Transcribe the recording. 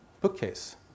bookcase